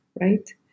right